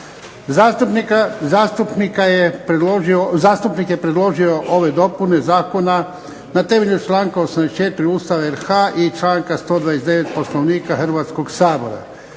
Zastupnik je predložio ove dopune zakona na temelju članka 84. Ustava RH i članaka 129. Poslovnika Hrvatskog sabora.